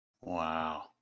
Wow